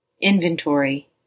Inventory